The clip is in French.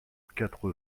quatre